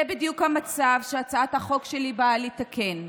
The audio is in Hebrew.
זה בדיוק המצב שהצעת החוק שלי באה לתקן.